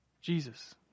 Jesus